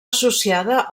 associada